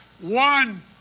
one